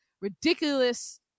ridiculous